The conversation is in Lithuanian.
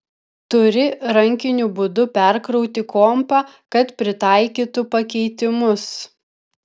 turi rankiniu būdu perkrauti kompą kad pritaikytų pakeitimus